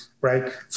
right